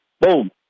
Boom